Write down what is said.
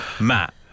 Matt